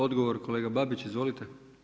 Odgovor kolega Babić, izvolite.